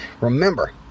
Remember